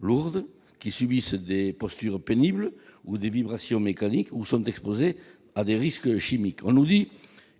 lourdes, subissent des postures pénibles, des vibrations mécaniques, ou sont exposées à des risques chimiques. On nous dit